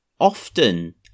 often